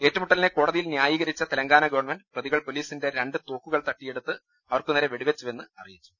ഏറ്റുമുട്ടലിനെ കോടതിയിൽ ന്യായീകരിച്ച തെലങ്കാന ഗവൺമെന്റ് പ്രതികൾ പൊലീസിന്റെ രണ്ട് തോക്കുകൾ തട്ടിയെ ടുത്ത് അവർക്കുനേരെ വെടിവെച്ചുവെന്ന് അറിയിച്ചു